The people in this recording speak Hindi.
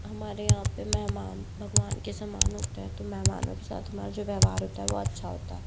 हमारे यहाँ पे मेहमान भगवान के समान होते हैं तो मेहमानों के साथ हमारा जो व्यवहार होता है वो अच्छा होता है